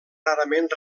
rarament